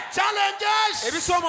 challenges